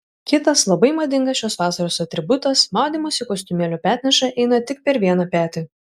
kitas labai madingas šios vasaros atributas maudymosi kostiumėlio petneša eina tik per vieną petį